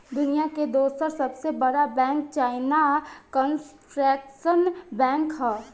दुनिया के दूसर सबसे बड़का बैंक चाइना कंस्ट्रक्शन बैंक ह